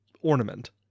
ornament